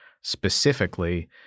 specifically